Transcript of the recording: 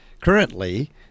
Currently